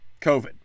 COVID